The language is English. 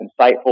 insightful